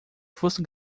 fosse